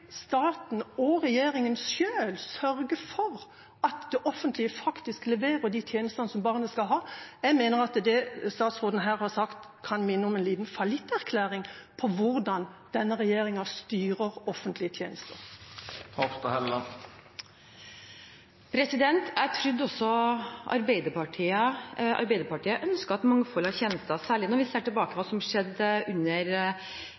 staten og regjeringa selv sørge for at det offentlige faktisk leverer de tjenestene som barnet skal ha? Jeg mener at det statsråden her har sagt, kan minne om en liten fallitterklæring for hvordan denne regjeringa styrer offentlige tjenester. Jeg trodde at også Arbeiderpartiet ønsket et mangfold av tjenester, særlig når vi ser tilbake på hva som skjedde under